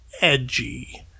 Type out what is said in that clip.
edgy